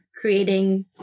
creating